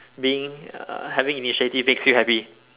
being uh having initiative makes you happy